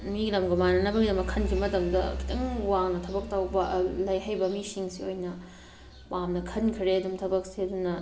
ꯃꯤꯒꯤ ꯂꯝꯒ ꯃꯥꯟꯅꯅꯕꯒꯤꯗꯃꯛ ꯈꯟꯈꯤꯕ ꯃꯇꯝꯗ ꯈꯤꯇꯪ ꯋꯥꯡꯅ ꯊꯕꯛ ꯇꯧꯕ ꯂꯥꯏꯔꯤꯛ ꯍꯩꯕ ꯃꯤꯁꯤꯡꯁꯤ ꯑꯣꯏꯅ ꯄꯥꯝꯅ ꯈꯟꯈ꯭ꯔꯦ ꯑꯗꯨꯝ ꯊꯕꯛꯁꯦ ꯑꯗꯨꯅ